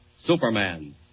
Superman